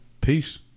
Peace